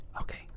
Okay